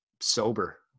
sober